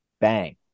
bang